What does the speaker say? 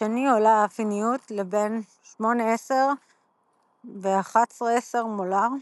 השני עולה האפיניות לבין 8- 10 ו-11- 10 מולר.